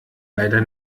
leider